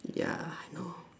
ya I know